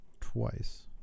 twice